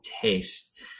taste